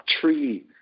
tree